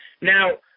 Now